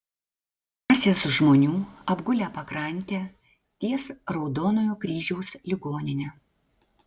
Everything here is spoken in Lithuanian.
masės žmonių apgulę pakrantę ties raudonojo kryžiaus ligonine